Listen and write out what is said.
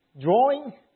drawing